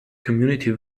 community